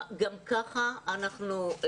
גם ככה הציבור,